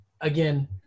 again